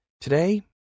Today